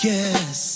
Yes